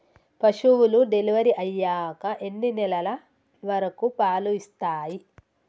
పశువులు డెలివరీ అయ్యాక ఎన్ని నెలల వరకు పాలు ఇస్తాయి?